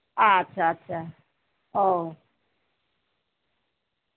ᱟᱪᱪᱷᱟ ᱟᱪᱪᱷᱟ ᱚ